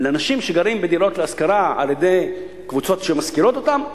אנשים שגרים בדירות להשכרה על-ידי קבוצות שמשכירות אותן,